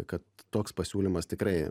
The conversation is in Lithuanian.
kad toks pasiūlymas tikrai